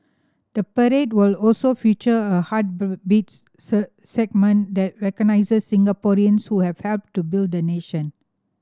the parade will also feature a segment that recognises Singaporeans who have helped to build the nation